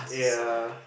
ya